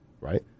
right